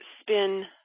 spin